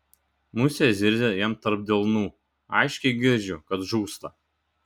musė zirzia jam tarp delnų aiškiai girdžiu kad žūsta